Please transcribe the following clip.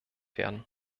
werden